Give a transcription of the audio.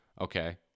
okay